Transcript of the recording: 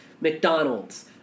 mcdonald's